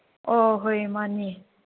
ꯑꯣ ꯍꯣꯏ ꯃꯥꯅꯤ